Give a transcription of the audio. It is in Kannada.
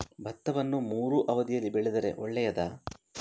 ಭತ್ತವನ್ನು ಮೂರೂ ಅವಧಿಯಲ್ಲಿ ಬೆಳೆದರೆ ಒಳ್ಳೆಯದಾ?